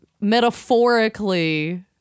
Metaphorically